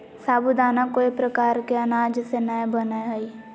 साबूदाना कोय प्रकार के अनाज से नय बनय हइ